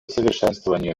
совершенствованию